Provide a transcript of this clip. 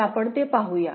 तर आपण ते पाहूया